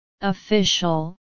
Official